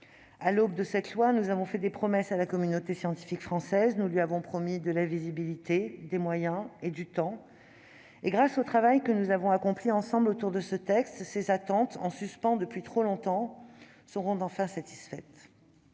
À l'aube de cette loi, nous avons fait des promesses à la communauté scientifique française : nous lui avons promis de la visibilité, des moyens et du temps. Grâce au travail que nous avons accompli ensemble autour de ce texte, ces attentes, en suspens depuis trop longtemps, seront enfin satisfaites.